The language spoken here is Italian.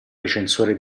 recensore